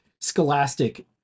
Scholastic